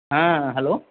হ্যাঁ হ্যালো